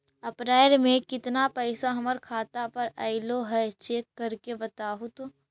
अप्रैल में केतना पैसा हमर खाता पर अएलो है चेक कर के बताहू तो?